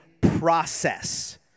process